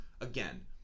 again